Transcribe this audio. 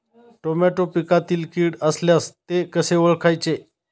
Tomato पिकातील कीड असल्यास ते कसे ओळखायचे?